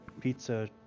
Pizza